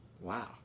Wow